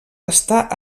està